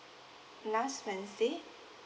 last wednesday